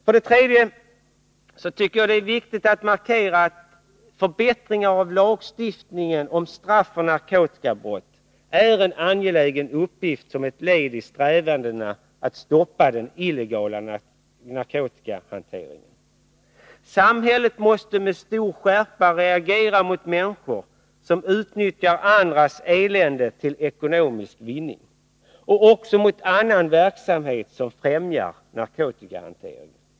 För det tredje tycker jag det är viktigt att markera att förbättringar av lagstiftningen om straff för narkotikabrott är en angelägen uppgift som ett led isträvandena att stoppa den illegala narkotikahanteringen. Samhället måste med stor skärpa reagera mot människor som utnyttjar andras elände till ekonomisk vinning, och också mot annan verksamhet som främjar narkotikahanteringen.